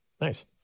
nice